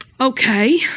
Okay